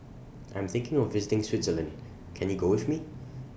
I'm thinking of visiting Switzerland Can YOU Go with Me